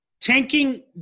Tanking